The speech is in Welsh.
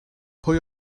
pwy